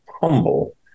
humble